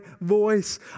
voice